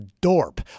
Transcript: Dorp